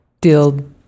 deal